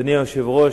אדוני היושב-ראש,